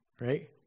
right